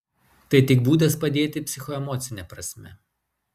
tai tik būdas padėti psichoemocine prasme